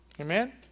Amen